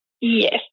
Yes